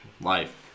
life